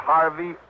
Harvey